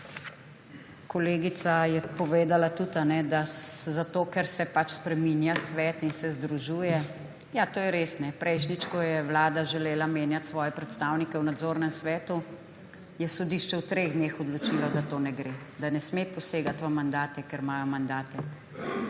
Kolegica je tudi povedala, da zato, ker se pač spreminja svet in se združuje. Ja, to je res. Prejšnjič, ko je vlada želela menjati svoje predstavnike v nadzornem svetu, je sodišče v treh dneh odločilo, da to ne gre, da ne sme posegati v mandate, ker imajo mandate.